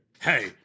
Hey